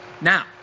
Now